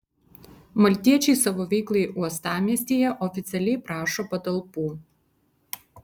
maltiečiai savo veiklai uostamiestyje oficialiai prašo patalpų